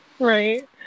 Right